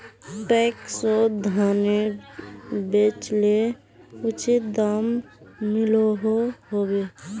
पैक्सोत धानेर बेचले उचित दाम मिलोहो होबे?